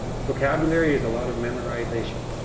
vocabulary is a lot of memorization,